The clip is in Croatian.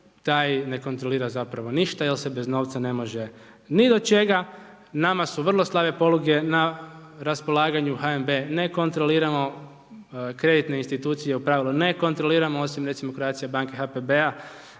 taj ne kontrolira zapravo ništa jer se bez novca ne može ni do čega, nama su vrlo slabe poluge na raspolaganju. HNB ne kontroliramo, kreditne institucije u pravilu ne kontroliramo, osim recimo, Croatia banke i HPB-a